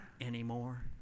anymore